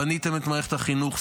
בניתם את מערכת החינוך,